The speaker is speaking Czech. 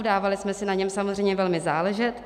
Dávali jsme si na něm samozřejmě velmi záležet.